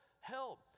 help